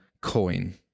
coin